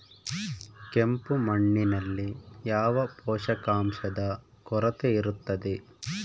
ಕೆಂಪು ಮಣ್ಣಿನಲ್ಲಿ ಯಾವ ಪೋಷಕಾಂಶದ ಕೊರತೆ ಇರುತ್ತದೆ?